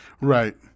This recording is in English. Right